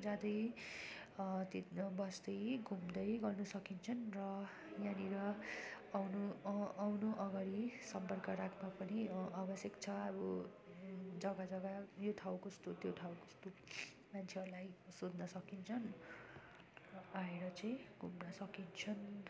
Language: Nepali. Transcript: जाँदै बस्दै घुम्दै गर्न सकिन्छन् र यहाँनेर आउनु आउनु अगाडि सम्पर्क राख्नु पनि यो आवश्यक छ अब जगा जगा यो ठाउँ कस्तो त्यो ठाउँ कस्तो मान्छेहरूलाई सोध्न सकिन्छन् र आएर चाहिँ घुम्न सकिन्छन्